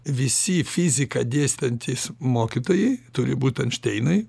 visi fiziką dėstantys mokytojai turi būt einšteinai